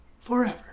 forever